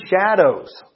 shadows